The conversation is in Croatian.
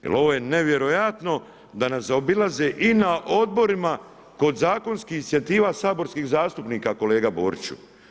Jer ovo je nevjerojatno da nas zaobilaze i na odborima kod zakonskih inicijativa saborskih zastupnika kolega Boriću.